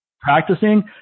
practicing